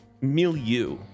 milieu